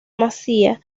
masía